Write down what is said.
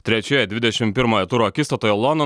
trečioje dvidešim pirmojo turo akistatoje londono